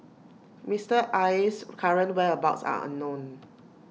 Mister Aye's current whereabouts are unknown